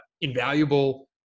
invaluable